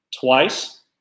twice